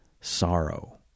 sorrow